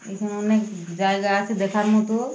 এখানে অনেক জায়গা আছে দেখার মতো